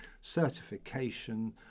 certification